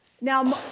Now